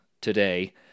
today